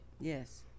Yes